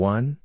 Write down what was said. One